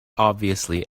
obviously